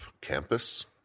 campus